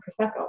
prosecco